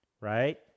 right